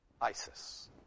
Isis